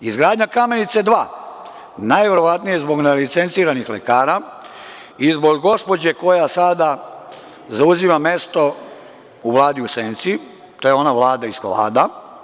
Izgradnja „Kamenice dva“, najverovatnije zbog nelicenciranih lekara i zbog gospođe koja sada zauzima mesto u vladi u senci, to je ona iz hlada.